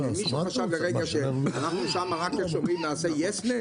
מישהו חשב לרגע שאנחנו שם ככאלה שאומרים "יס מן".